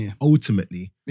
ultimately